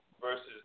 versus